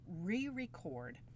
re-record